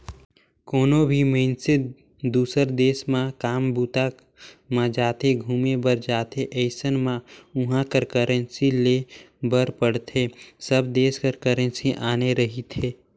कोनो भी मइनसे दुसर देस म काम बूता म जाथे, घुमे बर जाथे अइसन म उहाँ कर करेंसी लेय बर पड़थे सब देस कर करेंसी आने रहिथे